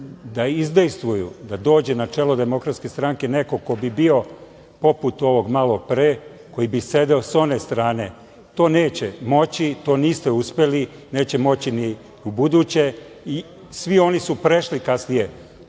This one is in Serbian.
da izdejstvuju da dođe na čelo DS neko ko bi bio poput ovog malopre, koji bi sedeo sa one strane. To neće moći. To niste uspeli. Neće moći ni u buduće i svi oni su prešli kasnije